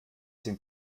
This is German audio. sind